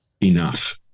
enough